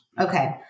Okay